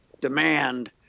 demand